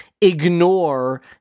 ignore